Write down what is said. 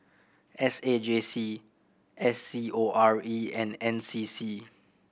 S A J C S C O R E and N C C